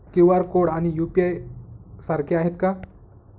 QR code आणि UPI सारखे आहेत का?